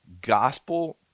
Gospel